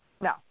no